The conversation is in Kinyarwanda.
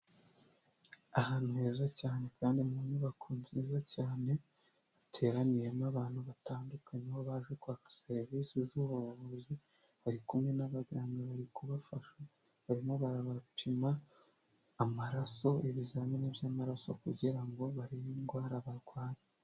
Ahantu heza cyane kandi mu nyubako nziza cyane, hateraniyemo abantu batandukanye aho baje kwaka serivisi z'ubuvuzi, bari kumwe n'abaganga bari kubafasha barimo barabapima amaraso, ibizamini by'amaraso kugira ngo barebe indwara barwaye.